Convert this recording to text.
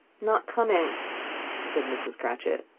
not coming, said mrs. cratchit.